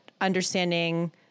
understanding